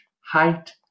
height